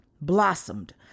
blossomed